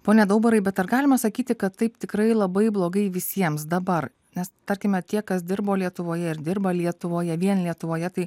pone daubarai bet ar galima sakyti kad taip tikrai labai blogai visiems dabar nes tarkime tie kas dirbo lietuvoje ir dirba lietuvoje vien lietuvoje tai